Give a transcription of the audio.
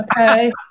okay